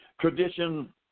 tradition